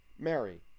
Mary